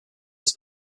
its